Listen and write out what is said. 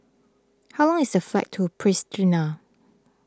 how long is the flight to Pristina